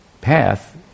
path